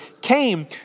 came